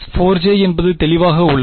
4j என்பது தெளிவாக உள்ளது